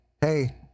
hey